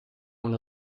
una